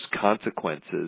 consequences